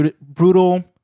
brutal